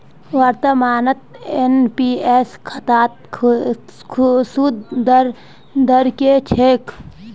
वर्तमानत एन.पी.एस खातात सूद दर की छेक